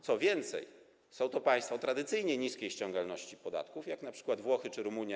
Co więcej, są to państwa o tradycyjnie niskiej ściągalności podatków, jak np. Włochy czy Rumunia.